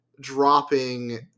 dropping